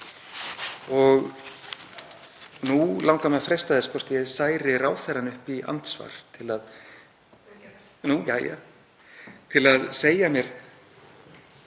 Nú langar mig að freista þess hvort ég særi ráðherrann upp í andsvar til að segja mér